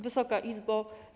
Wysoka Izbo!